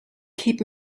keep